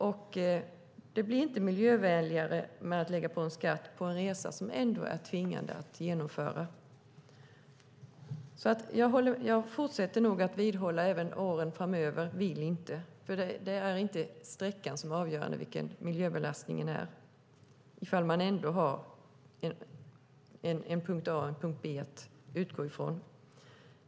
Och det blir inte miljövänligare av att lägga på en skatt på en resa som ändå är nödvändig att genomföra. Jag fortsätter nog att vidhålla åren framöver att jag inte vill, för det är inte sträckan som avgör miljöbelastningen om man har en punkt A och en punkt B att utgå från.